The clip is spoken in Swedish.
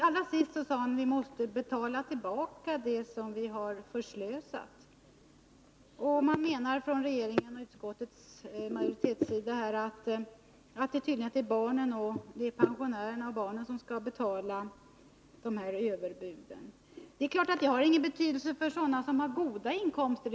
Allra sist sade han att vi måste betala tillbaka det som vi har förslösat — regeringen och utskottsmajoriteten menar tydligen att det är pensionärerna och barnen som skall betala de här överbuden. Det är klart att det har ingen betydelse för sådana som har goda inkomster.